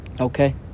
Okay